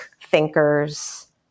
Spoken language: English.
thinkers